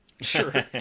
sure